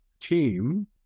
team